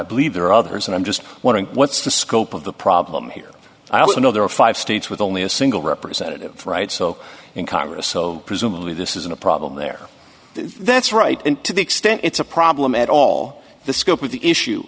i believe there are others and i'm just wondering what's the scope of the problem here i also know there are five states with only a single representative right so in congress so presumably this isn't a problem there that's right and to the extent it's a problem at all the scope of the issue